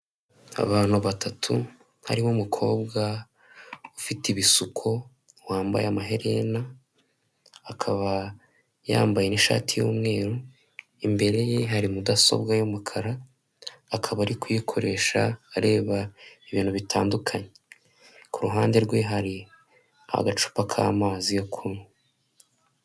Abantu batatu harimo umukobwa ufite ibisuko wambaye amaherena akaba yambaye n'ishati y'umweru, imbere ye hari mudasobwa y'umukara akaba ari kuyikoresha areba ibintu bitandukanye, ku ruhande rwe hari agacupa k'amazi yo kunywa.